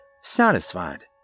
satisfied